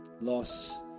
loss